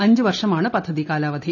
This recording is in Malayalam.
അഞ്ചു വർഷമാണ് പദ്ധതി കാലാവധി